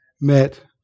met